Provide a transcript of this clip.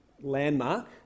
landmark